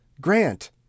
Grant